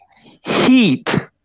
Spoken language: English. heat